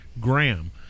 Graham